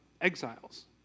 exiles